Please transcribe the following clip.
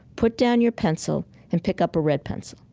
put down your pencil and pick up a red pencil.